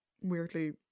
weirdly